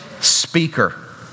speaker